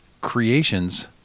creations